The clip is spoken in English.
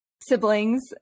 siblings